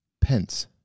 Pence